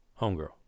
homegirl